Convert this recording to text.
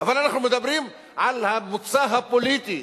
אבל אנחנו מדברים על המוצא הפוליטי.